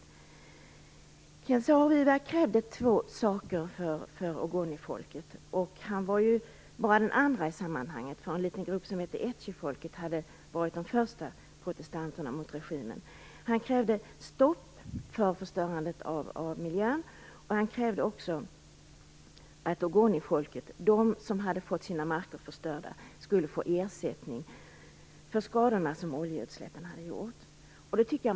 Ken Saro-Wiwa krävde två saker för ogonifolket. Han var bara den andre i sammanhanget. En liten grupp, etchifolket, hade varit de första att protestera mot regimen. Han krävde stopp för miljöförstöringen och att ogonifolket, som hade fått sina marker förstörda, skulle få ersättning för de skador som oljeutsläppen orsakat.